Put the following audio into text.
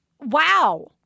Wow